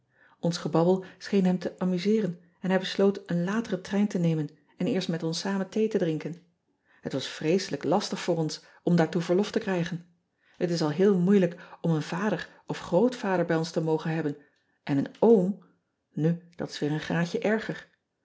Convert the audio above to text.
ns gebabbel scheen hem te amuseeren en hij besloot een lateren trein te nemen en eerst met ons samen thee te drinken et was vreeselijk lastig voor ean ebster adertje angbeen ons om daartoe verlof te krigen et is al heel moeilijk om een vader of grootvader bij ons te mogen hebben en een oom nu dat is weer een graadje erger